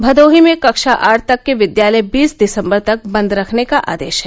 भदोही में कक्षा आठ तक के विद्यालय बीस दिसम्बर तक बंद रखने का आदेश है